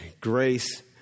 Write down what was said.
Grace